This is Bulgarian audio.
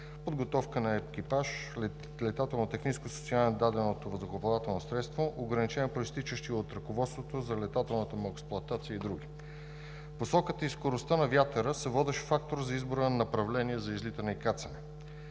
подготовка на екипаж, летателно техническо състояние на даденото въздухоплавателно средство, ограничения, произтичащи от ръководството за летателната му експлоатация и други. Посоката и скоростта на вятъра са водещ фактор за избора на направление за излитане и кацане.